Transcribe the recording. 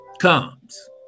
Comes